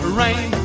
rain